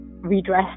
redress